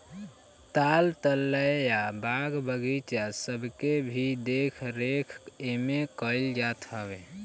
ताल तलैया, बाग बगीचा सबके भी देख रेख एमे कईल जात हवे